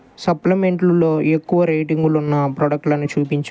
సప్లిమెంట్లులో ఎక్కువ రేటింగులున్న ప్రాడక్టులను చూపించు